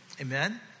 Amen